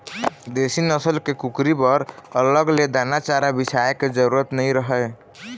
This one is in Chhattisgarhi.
देसी नसल के कुकरी बर अलग ले दाना चारा बिसाए के जरूरत नइ रहय